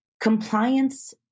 compliance